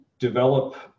develop